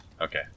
okay